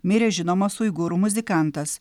mirė žinomas uigūrų muzikantas